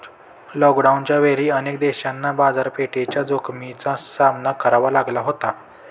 लॉकडाऊनच्या वेळी अनेक देशांना बाजारपेठेच्या जोखमीचा सामना करावा लागला होता